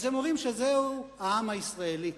אומרים שזהו העם הישראלי,